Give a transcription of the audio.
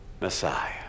Messiah